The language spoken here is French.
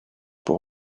pour